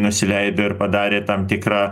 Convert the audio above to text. nusileido ir padarė tam tikrą